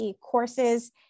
courses